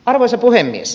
arvoisa puhemies